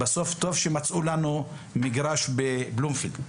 בסוף טוב שמצאו לנו מגרש בבלומפילד.